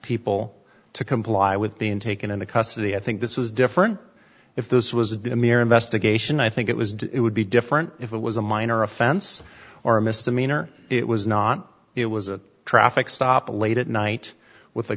people to comply with being taken into custody i think this was different if this was a bit of mere investigation i think it was it would be different if it was a minor offense or a misdemeanor it was not it was a traffic stop late at night with a